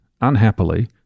unhappily